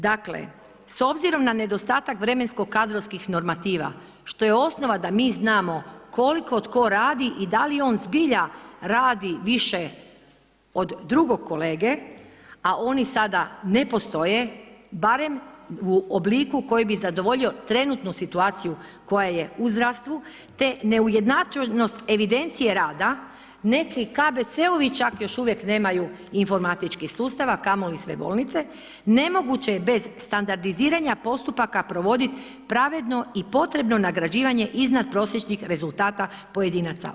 Dakle, s obzirom na nedostatak vremensko kadrovskih normativa što je osnova da mi znamo koliko tko radi i da li on radi zbilja radi više od drugog kolege a oni sada ne postoje barem u obliku koji bi zadovoljio trenutnu situaciju koja je u zdravstvu te neujednačenost evidencije rada neki KBC-ovi čak još uvijek nemaju informatički sustav, a kamoli sve bolnice, nemoguće je bez standardiziranja postupaka provodit pravedno i potrebno nagrađivanje iznadprosječnih rezultata pojedinaca.